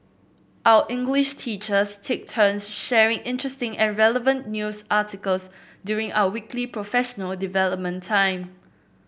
our English teachers take turns sharing interesting and relevant news articles during our weekly professional development time